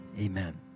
amen